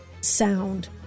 sound